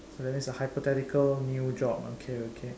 so that means a hypothetical new job okay okay